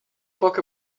book